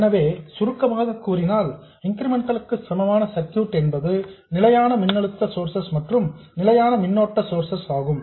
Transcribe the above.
எனவே சுருக்கமாக கூறினால் இன்கிரிமெண்டல் க்கு சமமான சர்க்யூட் என்பது நிலையான மின்னழுத்த சோர்சஸ் மற்றும் நிலையான மின்னோட்ட சோர்சஸ் ஆகும்